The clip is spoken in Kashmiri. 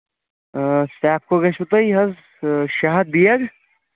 سیفکو گژھوٕ تۄہہِ یہِ حظ شیٚے ہَتھ بیگ